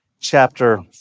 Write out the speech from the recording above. chapter